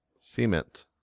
Cement